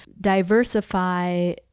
diversify